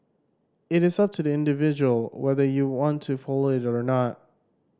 it is up to the individual whether you want to follow it or not